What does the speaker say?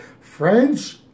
French